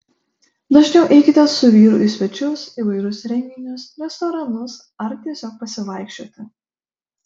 dažniau eikite su vyru į svečius įvairius renginius restoranus ar tiesiog pasivaikščioti